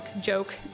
joke